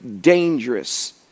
dangerous